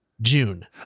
June